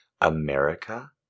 America